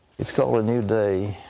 its called a new day.